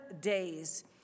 days